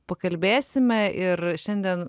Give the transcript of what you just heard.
pakalbėsime ir šiandien